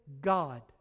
God